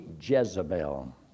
Jezebel